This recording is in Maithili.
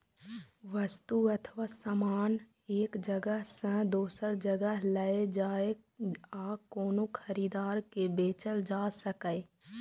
वस्तु अथवा सामान एक जगह सं दोसर जगह लए जाए आ कोनो खरीदार के बेचल जा सकै